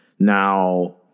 Now